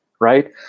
right